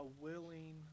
willing